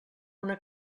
una